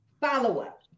follow-up